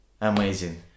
amazing